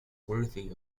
worthy